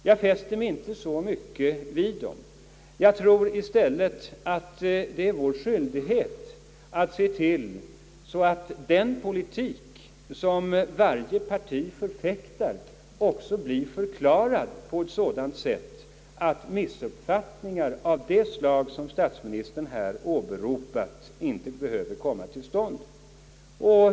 Jag fäster mig inte så mycket vid dem, Jag tror i stället att det är vår skyldighet att se till att den politik som varje parti förfäktar också blir förklarad på sådant sätt, att missuppfattningar av det slag som statsministern har åberopat inte behöver uppstå.